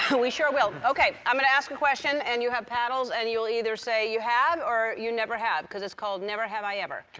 ah we sure will. okay, i'm gonna ask a question and you have paddles, and you will either say you have or you never have cause it's called never have i ever.